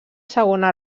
segona